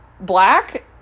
black